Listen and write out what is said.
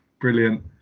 Brilliant